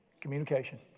communication